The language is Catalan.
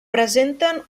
presenten